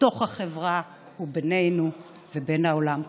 בתוך החברה, ובינינו לבין העולם כולו.